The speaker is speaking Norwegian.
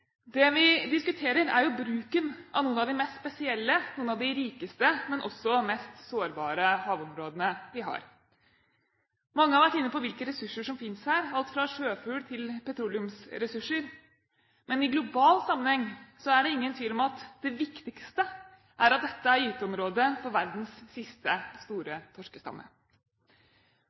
Det vi diskuterer, er bruken av noen av de mest spesielle og noen av de rikeste, men også mest sårbare havområdene vi har. Mange har vært inne på hvilke ressurser som finnes her, alt fra sjøfugl til petroleumsressurser, men i global sammenheng er det ingen tvil om at det viktigste er at dette er gyteområdet for verdens siste store torskestamme.